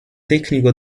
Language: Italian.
tecnico